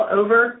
over